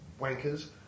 wankers